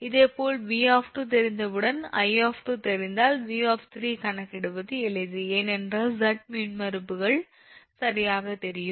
இதேபோல் 𝑉 தெரிந்தவுடன் 𝐼 தெரிந்தால் 𝑉 கணக்கிடுவது எளிது ஏனென்றால் 𝑍 மின்மறுப்புகள் சரியாகத் தெரியும்